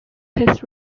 his